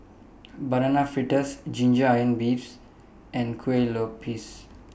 Banana Fritters Ginger Onions beefs and Kuih Lopes